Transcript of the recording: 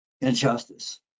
injustice